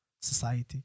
Society